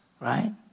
right